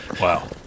Wow